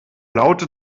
laute